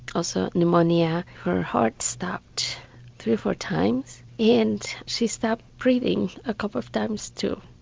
also pneumonia, her heart stopped three or four times and she stopped breathing a couple of times too.